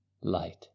light